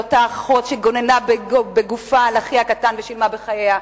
את אותה אחות שגוננה בגופה על אחיה הקטן ושילמה בחייה.